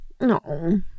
No